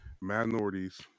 minorities